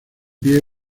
pie